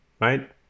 right